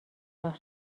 راه